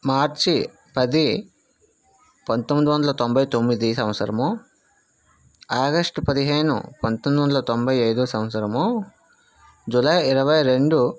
మార్చి పది పందొమ్మిది వందల తొంభై తొమ్మిది సంవత్సరము ఆగస్టు పదిహేను పంతొమ్మిది వందల తొంభై ఐదు సంవత్సరము జూలై ఇరవై రెండు